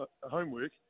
homework